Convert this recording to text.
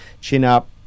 chin-up